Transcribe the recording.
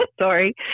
Sorry